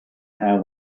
how